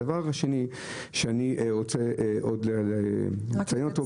הדבר השני שאני רוצה לציין אותו,